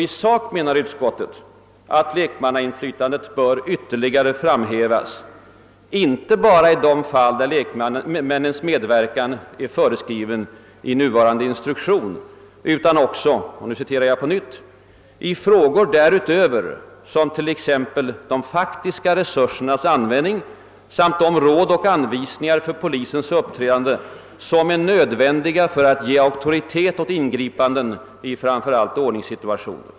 I sak menar utskottet att lekmannainflytandet bör ytterligare framhävas inte bara i de fall där lekmännens medverkan är föreskriven i nuvarande instruktion utan också »i frågor därutöver som t.ex. de faktiska resursernas användning samt de råd och anvisningar för polisens uppträdande som är nödvändiga för att ge auktoritet åt ingripanden i framför allt ordningssituationer».